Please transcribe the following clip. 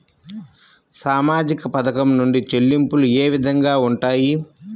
సామాజిక పథకం నుండి చెల్లింపులు ఏ విధంగా ఉంటాయి?